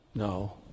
No